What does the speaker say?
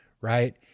right